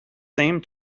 same